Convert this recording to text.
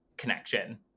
connection